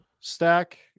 stack